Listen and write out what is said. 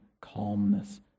calmness